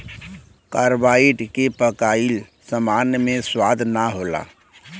carbide से पकाइल सामान मे स्वाद ना होला